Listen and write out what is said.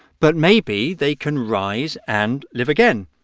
but maybe they can rise and live again